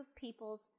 people's